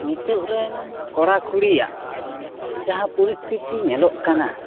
ᱱᱤᱛᱚᱜ ᱨᱮᱱ ᱠᱚᱲᱟ ᱠᱩᱲᱤᱭᱟᱜ ᱡᱟᱦᱟᱸ ᱯᱚᱨᱤᱥ ᱛᱤᱛᱤ ᱧᱮᱞᱚᱜ ᱠᱟᱱᱟ